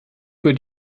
für